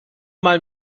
mal